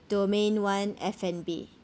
domain one F and B